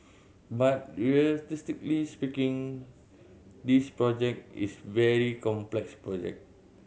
but realistically speaking this project is very complex project